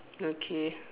okay